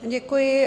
Děkuji.